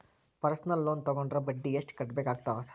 personal loan ತೊಗೊಂಡ್ರ ಬಡ್ಡಿ ಎಷ್ಟ್ ಕಟ್ಟಬೇಕಾಗತ್ತಾ